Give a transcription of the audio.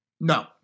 No